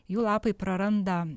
jų lapai praranda